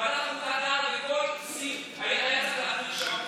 ועדה החוקה דנה בכל פסיק, היה צריך להחליט שם,